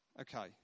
Okay